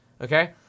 okay